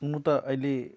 हुनु त अहिले